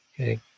Okay